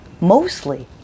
mostly